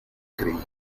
creí